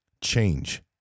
Change